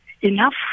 enough